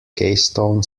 keystone